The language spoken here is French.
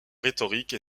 rhétorique